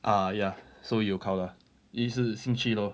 uh ya so 有考 lah 一是兴趣 lor